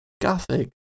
gothic